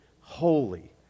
holy